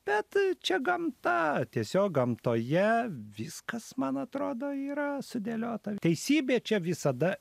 bet čia gamta tiesiog gamtoje viskas man atrodo yra sudėliota teisybė čia visada